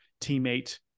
teammate